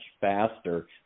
faster